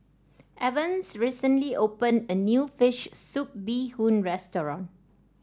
Evans recently opened a new fish soup Bee Hoon restaurant